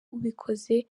ubikoze